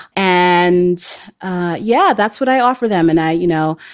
and yeah, that's what i offer them. and i you know,